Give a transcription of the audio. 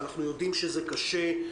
אנחנו יודעים שזה קשה,